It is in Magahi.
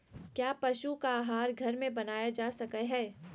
क्या पशु का आहार घर में बनाया जा सकय हैय?